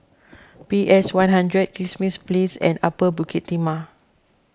P S one hundred Kismis Place and Upper Bukit Timah